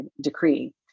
decree